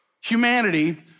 humanity